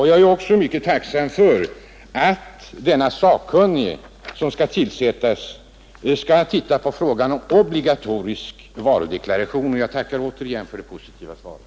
Jag är också mycket tacksam för att denne sakkunnige som skall tillsättas skall utreda frågan om obligatorisk varudeklaration, och jag tackar igen för det positiva svaret.